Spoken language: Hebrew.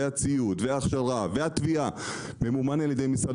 והציוד וההכשרה והתביעה ממומן על ידי משרד